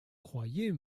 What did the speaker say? croyez